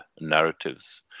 narratives